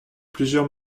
plusieurs